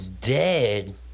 dead